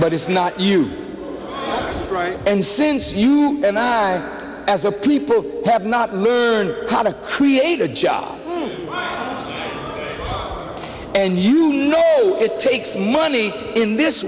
but it's not you right and since you and i as a people have not learned how to create a job and you know it takes money in this